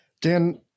Dan